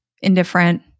indifferent